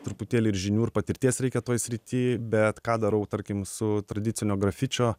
truputėlį ir žinių ir patirties reikia toj srity bet ką darau tarkim su tradicinio grafičio